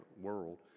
world